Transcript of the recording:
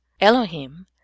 Elohim